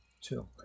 Two